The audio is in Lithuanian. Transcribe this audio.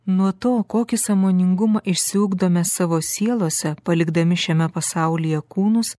nuo to kokį sąmoningumą išsiugdome savo sielose palikdami šiame pasaulyje kūnus